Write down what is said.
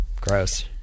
Gross